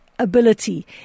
Ability